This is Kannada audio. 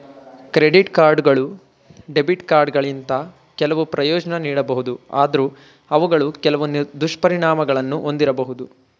ಕ್ರೆಡಿಟ್ ಕಾರ್ಡ್ಗಳು ಡೆಬಿಟ್ ಕಾರ್ಡ್ಗಿಂತ ಕೆಲವು ಪ್ರಯೋಜ್ನ ನೀಡಬಹುದು ಆದ್ರೂ ಅವುಗಳು ಕೆಲವು ದುಷ್ಪರಿಣಾಮಗಳನ್ನು ಒಂದಿರಬಹುದು